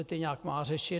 Ty nějak má řešit.